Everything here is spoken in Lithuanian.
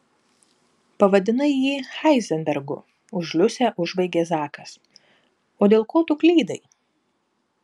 pavadinai jį heizenbergu už liusę užbaigė zakas o dėl ko tu klydai